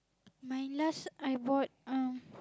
my last I bought um